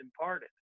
imparted